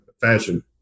fashion